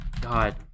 God